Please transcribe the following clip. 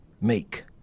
make